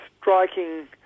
striking